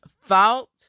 fault